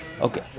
Okay